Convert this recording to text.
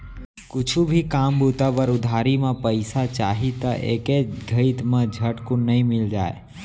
कुछु भी काम बूता बर उधारी म पइसा चाही त एके घइत म झटकुन नइ मिल जाय